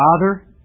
Father